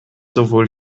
sowohl